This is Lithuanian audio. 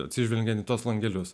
atsižvelgiant į tuos langelius